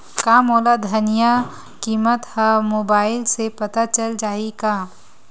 का मोला धनिया किमत ह मुबाइल से पता चल जाही का?